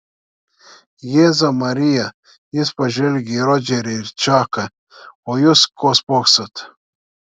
jėzau marija jis pažvelgė į rodžerį ir čaką o jūs ko spoksot